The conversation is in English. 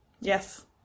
Yes